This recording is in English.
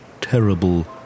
terrible